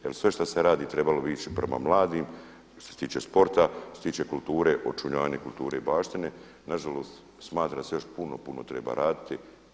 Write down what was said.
Jer sve što se radi trebalo bi ići prema mladima, što se tiče sporta, što se tiče kulture, očuvanja kulturne baštine na žalost smatra se još puno, puno treba raditi.